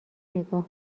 نگاه